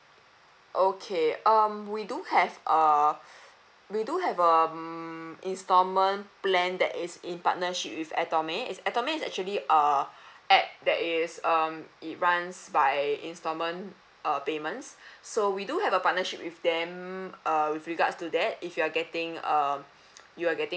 okay um we do have a we do have a um installment plan that is in partnership with atomic atomic is actually a app that is um it runs by instalment uh payments so we do have a partnership with them uh with regards to that if you are getting um you are getting